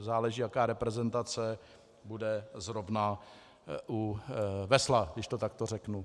Záleží, jaká reprezentace bude zrovna u vesla, když to takto řeknu.